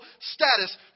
status